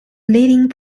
leading